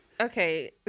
okay